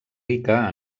rica